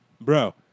Bro